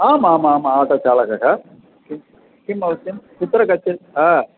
आम् आम् आम् आटो चालकः किं किम् आवश्यकं कुत्र गच्छति ह